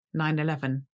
9-11